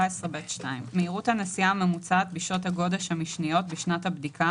"(2)מהירות הנסיעה הממוצעת בשעות הגודש המשניות בשנת הבדיקה